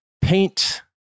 Paint